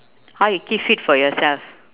how you keep fit for yourself